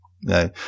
No